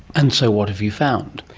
and so what have you found?